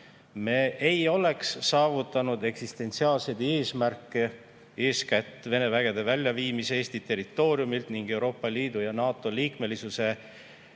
Me ei oleks saavutanud eksistentsiaalseid eesmärke, eeskätt Vene vägede väljaviimist Eesti territooriumilt ning Euroopa Liidu ja NATO liikmesust,